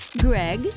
Greg